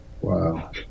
Wow